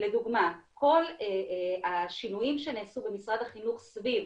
לדוגמה כל השינויים שנעשו במשרד החינוך סביב